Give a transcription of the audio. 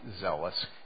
zealous